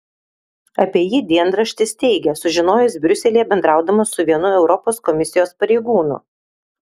apie jį dienraštis teigia sužinojęs briuselyje bendraudamas su vienu europos komisijos pareigūnu